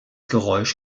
geräusch